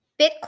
Bitcoin